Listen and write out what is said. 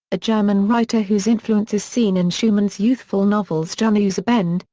a german writer whose influence is seen in schumann's youthful novels juniusabende,